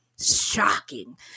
Shocking